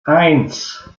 eins